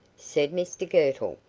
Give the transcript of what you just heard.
said mr girtle.